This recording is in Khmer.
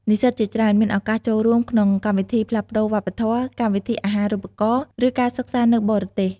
និស្សិតជាច្រើនមានឱកាសចូលរួមក្នុងកម្មវិធីផ្លាស់ប្ដូរវប្បធម៌ កម្មវិធីអាហារូបករណ៍ ឬការសិក្សានៅបរទេស។